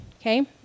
Okay